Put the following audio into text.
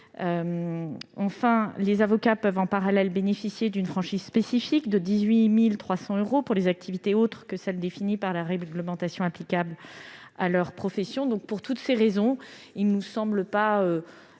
Enfin, les avocats peuvent, en parallèle, bénéficier d'une franchise spécifique de 18 300 euros pour les activités autres que celles définies par la réglementation applicable à leur profession. Pour toutes ces raisons, il ne nous semble pas